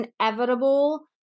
inevitable